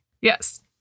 Yes